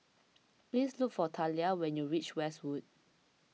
please look for Thalia when you reach Westwood